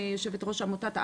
יושבת ראש עמותת עמד"א.